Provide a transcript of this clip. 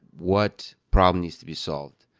what problem needs to be solved?